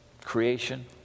creation